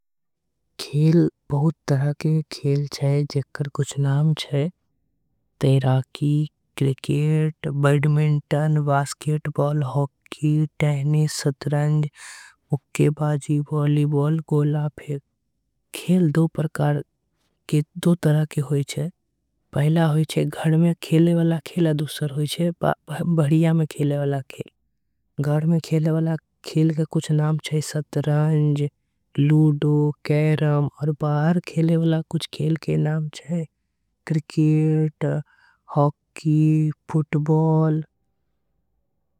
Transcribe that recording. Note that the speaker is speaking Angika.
खेल बहुत तरह के होय जाई जेकर नाम छे तैराकी। Cricket, badminton, basketball, hockey शतरंज। मुक्केबाजी, बॉलीबॉल गोला फेक खेल दु तरह के। होय छे पहला होय छे घर में खेले वाला आऊर दुसर। होय छे बहीर में खेले वाला घर में खेले वाला खेल के। नाम छे शतरंज, लूडो, कैरम बाहर में खेले वाला। खेल के नाम छे क्रिकेट हॉकी फुटबाल।